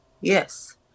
yes